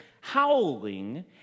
howling